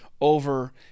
over